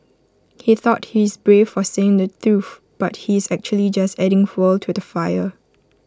he thought he's brave for saying the truth but he's actually just adding fuel to the fire